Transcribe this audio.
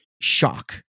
shock